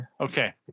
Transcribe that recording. okay